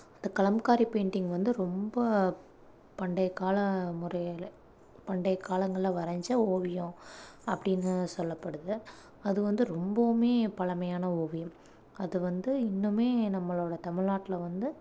அந்த காலம்காரி பெயிண்டிங் வந்து ரொம்ப பண்டைய கால முறையில் பண்டைய காலங்களில் வரைஞ்ச ஓவியம் அப்படினு சொல்லப்படுது அதுவந்து ரொம்பவுமே பழமையான ஓவியம் அதுவந்து இன்னுமே நம்மளோடய தமிழ்நாட்டில் வந்து